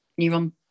neuron